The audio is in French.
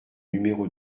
numéro